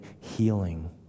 healing